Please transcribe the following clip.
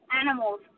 animals